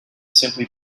simply